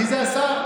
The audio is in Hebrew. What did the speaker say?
מי השר?